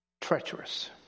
Treacherous